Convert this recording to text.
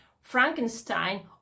Frankenstein